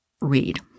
read